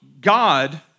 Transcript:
God